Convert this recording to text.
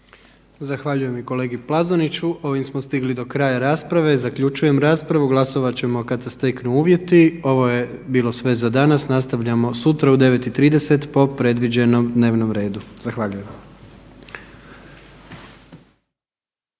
Zahvaljujem i kolegi Plazoniću. Ovim smo stigli do kraja rasprave, zaključujem raspravu, glasovat ćemo kad se steknu uvjeti. Ovo je bilo sve za danas nastavljamo sutra u 9 i 30 po predviđenom dnevnom redu. Zahvaljujem.